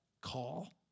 call